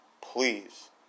please